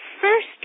first